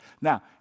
Now